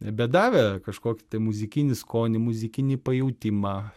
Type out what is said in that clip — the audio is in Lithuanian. bet davė kažkokį tai muzikinį skonį muzikinį pajautimą